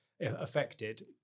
affected